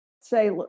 say